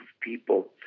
people